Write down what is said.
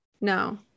No